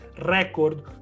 record